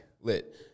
Lit